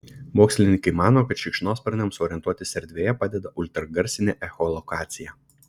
mokslininkai mano kad šikšnosparniams orientuotis erdvėje padeda ultragarsinė echolokacija